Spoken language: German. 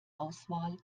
auswahl